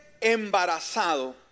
embarazado